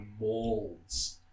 molds